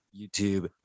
YouTube